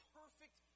perfect